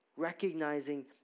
recognizing